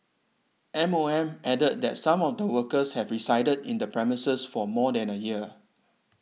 M O M added that some of the workers had resided in the premises for more than a year